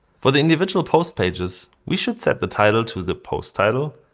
for the individual post pages, we should set the title to the post title,